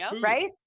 right